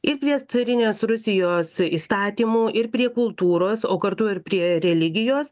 ir prie carinės rusijos įstatymų ir prie kultūros o kartu ir prie religijos